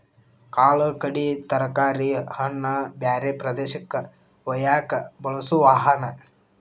ಕಾಳ ಕಡಿ ತರಕಾರಿ ಹಣ್ಣ ಬ್ಯಾರೆ ಪ್ರದೇಶಕ್ಕ ವಯ್ಯಾಕ ಬಳಸು ವಾಹನಾ